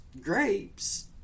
grapes